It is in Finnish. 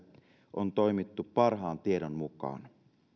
on toimittu parhaan tiedon mukaan